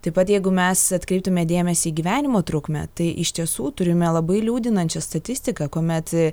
taip pat jeigu mes atkreiptume dėmesį į gyvenimo trukmę tai iš tiesų turime labai liūdinančią statistiką kuomet